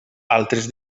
altres